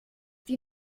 die